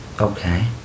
Okay